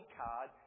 card